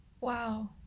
Wow